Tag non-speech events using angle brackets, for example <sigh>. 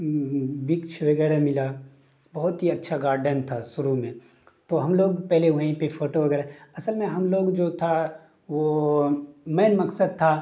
<unintelligible> وغیرہ ملا بہت ہی اچھا گارڈن تھا شروع میں تو ہم لوگ پہلے وہیں پہ فوٹو وغیرہ اصل میں ہم لوگ جو تھا وہ مین مقصد تھا